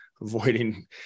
avoiding